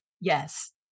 Yes